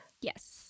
Yes